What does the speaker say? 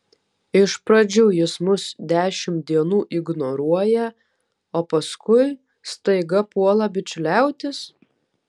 iš pradžių jis mus dešimt dienų ignoruoja o paskui staiga puola bičiuliautis